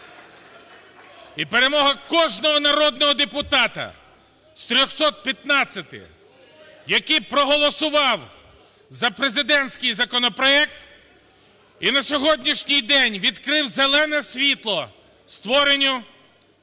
і перемога кожного народного депутата з 315, який проголосував за президентський законопроект і на сьогоднішній день відкрив зелене світло створенню